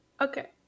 Okay